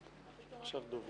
14:42)